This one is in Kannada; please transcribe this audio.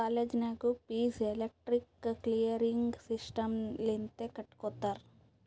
ಕಾಲೇಜ್ ನಾಗೂ ಫೀಸ್ ಎಲೆಕ್ಟ್ರಾನಿಕ್ ಕ್ಲಿಯರಿಂಗ್ ಸಿಸ್ಟಮ್ ಲಿಂತೆ ಕಟ್ಗೊತ್ತಾರ್